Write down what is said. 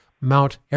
Mount